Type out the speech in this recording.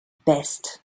best